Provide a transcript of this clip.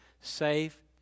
safe